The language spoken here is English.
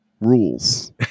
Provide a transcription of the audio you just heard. rules